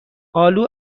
آلو